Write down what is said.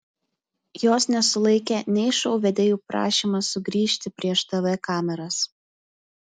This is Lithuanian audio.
jos nesulaikė nei šou vedėjų prašymas sugrįžti prieš tv kameras